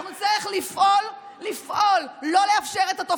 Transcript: אנחנו נצטרך לפעול לא לאפשר את התופעה המגונה הזו.